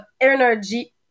energy